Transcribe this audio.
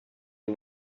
the